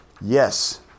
Yes